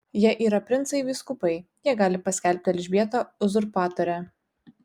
jie yra princai vyskupai jie gali paskelbti elžbietą uzurpatore